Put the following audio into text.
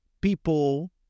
people